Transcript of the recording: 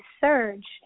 surge